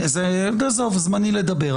זמני לדבר.